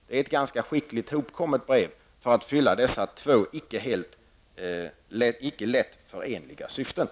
Det är ett skickligt skrivet brev som innehåller dessa två syften vilka det inte är helt lätt att förena.